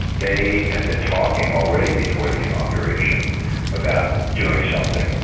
they had been talking already before the inauguration about doing something,